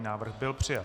Návrh byl přijat.